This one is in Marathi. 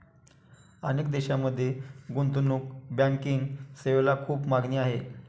अनेक देशांमध्ये गुंतवणूक बँकिंग सेवेला खूप मागणी आहे